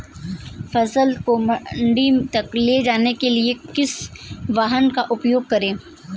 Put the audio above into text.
फसल को मंडी तक ले जाने के लिए किस परिवहन का उपयोग करें?